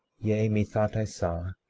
yea, methought i saw,